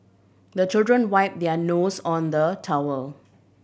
the children wipe their nose on the towel